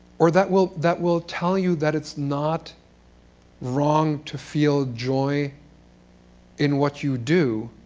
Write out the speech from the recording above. or that will that will tell you that it's not wrong to feel joy in what you do,